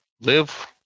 Live